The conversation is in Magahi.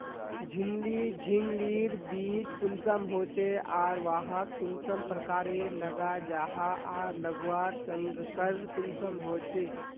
झिंगली झिंग लिर बीज कुंसम होचे आर वाहक कुंसम प्रकारेर लगा जाहा आर लगवार संगकर कुंसम होचे?